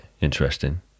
interesting